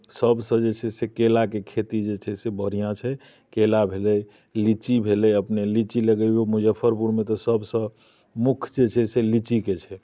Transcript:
सभसँ जे छै से केराके खेती जे छै से बढ़िआँ छै केरा भेलै लीची भेलै अपने लीची लगैयौ मुजफ्फरपुरमे तऽ सभसँ मुख्य जे छै से लीचीके छै